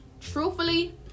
truthfully